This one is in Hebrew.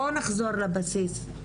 בואו נחזור לבסיס,